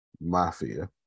Mafia